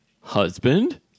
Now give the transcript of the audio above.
Husband